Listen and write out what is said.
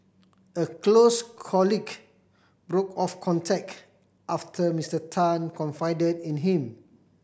a close colleague broke off contact after Mister Tan confided in him